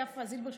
יפה זילברשץ,